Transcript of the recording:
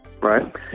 right